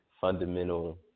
fundamental